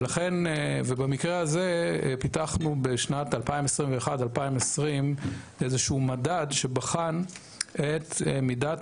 במקרה הזה פיתחנו בשנת 2020-2021 איזשהו מדד שבחן את מידת